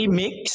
mix